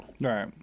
Right